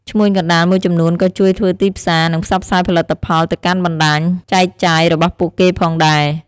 ឈ្មួញកណ្តាលមួយចំនួនក៏ជួយធ្វើទីផ្សារ និងផ្សព្វផ្សាយផលិតផលទៅកាន់បណ្តាញចែកចាយរបស់ពួកគេផងដែរ។